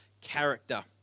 character